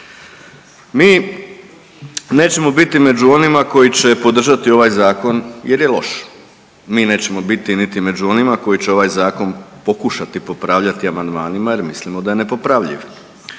Mi nećemo biti među onima koji će podržati ovaj zakon jer je loš, mi nećemo biti niti među onima koji će ovaj zakon pokušati popravljati amandmanima jer mislimo da je nepopravljiv,